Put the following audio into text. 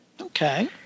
Okay